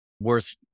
worth